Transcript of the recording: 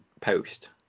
post